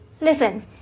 Listen